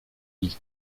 ich